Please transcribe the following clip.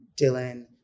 Dylan